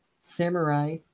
samurai